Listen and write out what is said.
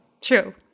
True